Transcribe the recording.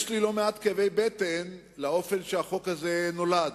יש לי לא מעט כאבי בטן מהאופן שהחוק הזה נולד,